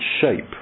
shape